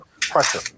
pressure